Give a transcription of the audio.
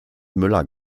müller